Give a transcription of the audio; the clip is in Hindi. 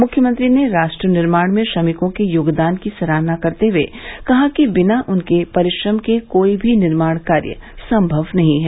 मुख्यमंत्री ने राष्ट्र निर्माण में श्रमिकों के योगदान की सराहना करते हए कहा कि बिना उनके परिश्रम के कोई भी निर्माण कार्य सम्मव नही है